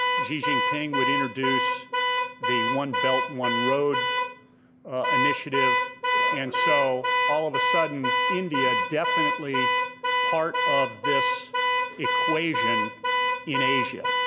jinping would introduce the one belt, one road initiative and so all of a sudden india definitely part of this equation in asia.